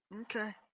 Okay